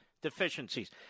deficiencies